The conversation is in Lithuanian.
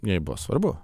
jai buvo svarbu